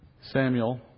Samuel